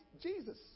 Jesus